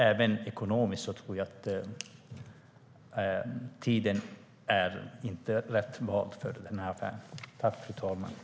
Även ekonomiskt tror jag att tiden inte är rätt vald för en sådan stor affär.